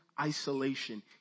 isolation